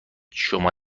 شما